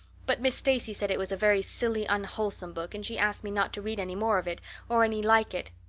but miss stacy said it was a very silly, unwholesome book, and she asked me not to read any more of it or any like it.